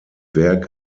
werk